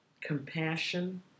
compassion